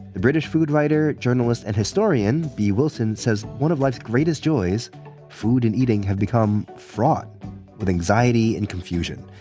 the british food writer, journalist and historian bee wilson says one of life's greatest joys food and eating have become fraught with anxiety and confusion.